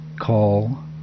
call